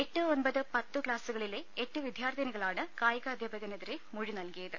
എട്ട് ഒൻപത് പത്ത് ക്ലാസുകളിലെ എട്ട് വിദ്യാർത്ഥിനികളാണ് കായികാധ്യാപകനെതിരെ മൊഴി നൽകിയത്